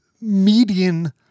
median